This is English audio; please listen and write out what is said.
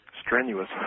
Strenuous